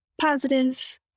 positive